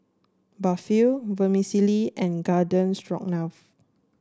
Barfi Vermicelli and Garden Stroganoff